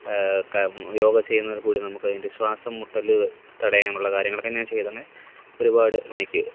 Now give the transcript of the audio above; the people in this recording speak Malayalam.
യോഗ ചെയ്യുന്നതില് കൂടി നമുക്ക് അതിന്റെ ശ്വാസം മുട്ടൽ തടയാനുള്ള കാര്യങ്ങളൊക്കെ ഞാന് ചെയ്ത് അങ്ങനെ ഒരുപാട് എനിക്ക്